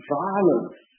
violence